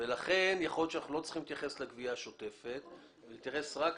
לכן יכול להיות שאנחנו לא צריכים להתייחס לגבייה השוטפת אלא להתייחס רק